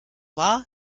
war